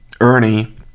Ernie